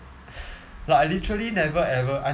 like I literally never ever